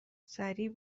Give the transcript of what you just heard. سریع